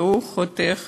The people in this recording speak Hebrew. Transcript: והוא חותך